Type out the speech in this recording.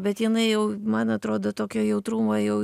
bet jinai jau man atrodo tokio jautrumo jau